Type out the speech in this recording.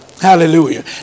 Hallelujah